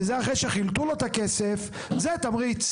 וזה אחרי שחילטו לו את הכסף, זה תמריץ.